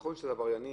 נכון שזה עבריינים,